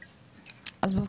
תודה רבה.